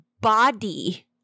body